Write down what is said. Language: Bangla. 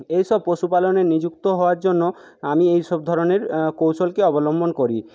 এইসব পশুপালনে নিযুক্ত হওয়ার জন্য আমি এই সব ধরনের কৌশলকে অবলম্বন করি